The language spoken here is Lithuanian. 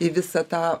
į visą tą